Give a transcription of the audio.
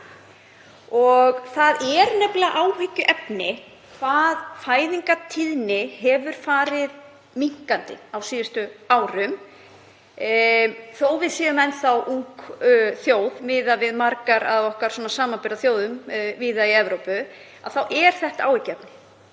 Það er nefnilega áhyggjuefni hvað fæðingartíðni hefur farið minnkandi á síðustu árum. Þó að við séum enn þá ung þjóð miðað við margar af samanburðarþjóðum okkar víða í Evrópu þá er þetta áhyggjuefni.